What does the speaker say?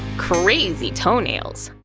crazy toenails.